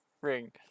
Ring